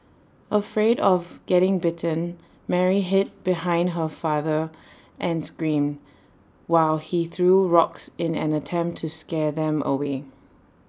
afraid of getting bitten Mary hid behind her father and screamed while he threw rocks in an attempt to scare them away